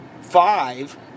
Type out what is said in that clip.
five